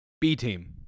B-team